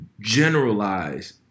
Generalize